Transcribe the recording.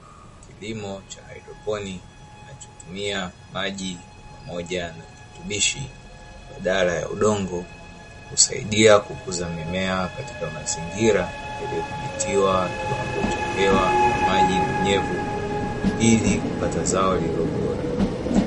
Kilimo cha haidroponi kinachotumia maji pamoja na virutubishi badala ya udongo, husaidia kukuza mimea katika mazingira yaliyodhibitiwa kiwango cha hewa, maji na unyevu ili kupata zao lililo bora.